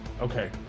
Okay